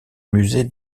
musée